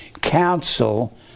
council